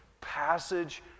passage